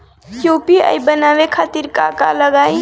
UPI बनावे खातिर का का लगाई?